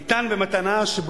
ניתן במתנה,